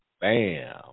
Bam